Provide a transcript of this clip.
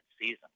season